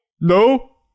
No